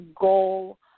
goal